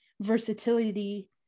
versatility